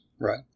Right